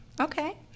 okay